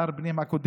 שר הפנים הקודם?